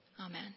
Amen